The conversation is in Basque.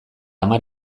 hamar